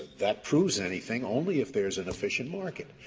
that proves anything only if there's an efficient market.